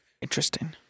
Interesting